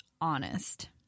honest